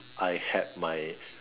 I had my